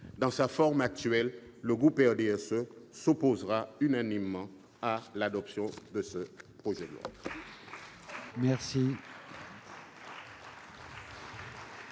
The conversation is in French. Dans sa forme actuelle, le groupe du RDSE s'opposera unanimement à l'adoption de ce projet de loi.